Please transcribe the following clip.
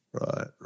Right